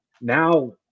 Now